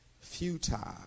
futile